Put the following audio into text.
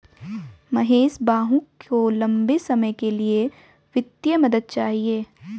महेश भाऊ को लंबे समय के लिए वित्तीय मदद चाहिए